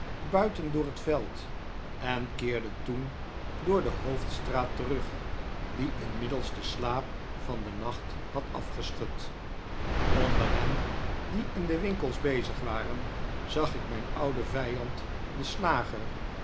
buiten door het veld en keerde toen door de hoofdstraat terug die inmiddels den slaap van den nacht had afgeschud onder hen die in de winkels bezig waren zag ik mijn ouden vijand den slager